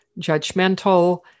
judgmental